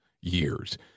years